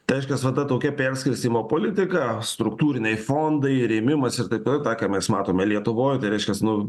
tai reiškias va ta tokia perskirstymo politika struktūriniai fondai rėmimas ir taip toliau tą ką mes matome lietuvoj reiškias nu